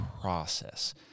process